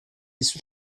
sul